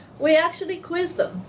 we actually quiz them.